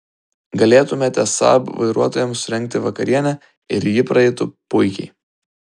galėtumėte saab vairuotojams surengti vakarienę ir ji praeitų puikiai